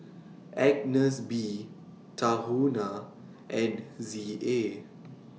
Agnes B Tahuna and Z A